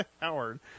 Howard